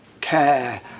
care